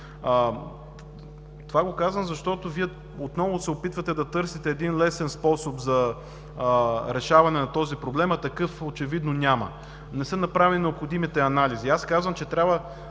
Казвам това, защото Вие отново се опитвате да търсите лесен способ за решаване на този проблем, а такъв очевидно няма – не са направени необходимите анализи. Първата